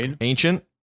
ancient